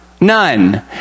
None